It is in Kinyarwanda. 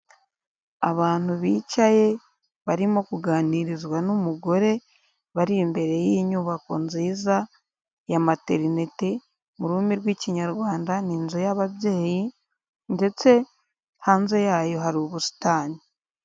Abantu bicaye barimo kuganirizwa n'umugore, bari imbere y'inyubako nziza ya materineti, mu rurimi rw'ikinyarwanda ni inzu y'ababyeyi ndetse hanze yayo hari ubusitani.